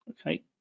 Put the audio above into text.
okay